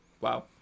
wow